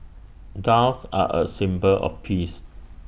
doves are A symbol of peace